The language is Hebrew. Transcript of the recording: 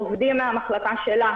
עובדים מהמחלקה שלה,